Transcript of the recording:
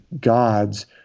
gods